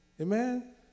Amen